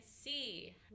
see